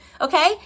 okay